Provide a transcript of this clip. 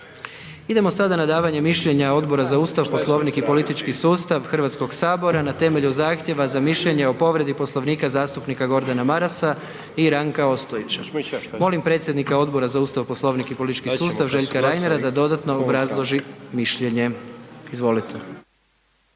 Idemo sada na davanje mišljenja Odbora za Ustav, Poslovnik i politički sustav Hrvatskog sabora na temelju zahtjeva za mišljenje o povredi Poslovnika zastupnika Gordana Marasa i Ranka Ostojića. Molim predsjednika Odbora za Ustav, Poslovnik i politički sustav, Željka Reinera da dodatno obrazloži mišljenje. Izvolite.